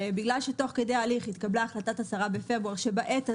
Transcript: בגלל שתוך כדי ההליך התקבלה החלטת השרה בפברואר שבעת הזו,